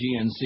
GNC